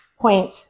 point